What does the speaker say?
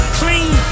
clean